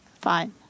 Fine